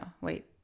wait